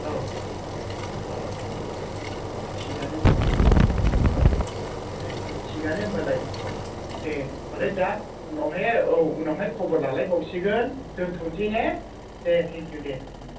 औ औ होमबालाय औ थिगानो होमबालाय औ दे थिगानो होमबालाय दे होमबालाय दा उनावहाय आरो औ उनावहाय खबर लालायबावसिगोन दोनथ'सै ने दे थेंकिउ दे उम